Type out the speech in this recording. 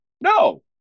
No